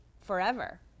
forever